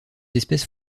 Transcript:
espèces